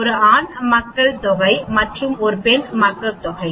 ஒரு ஆண் மக்கள் தொகை மற்றும் ஒரு பெண் மக்கள் தொகை